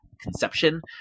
conception